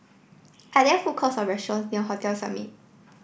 are there food courts or restaurants near Hotel Summit